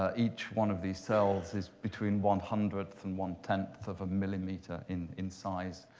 ah each one of these cells is between one hundredth and one ten of a millimeter in in size,